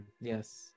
Yes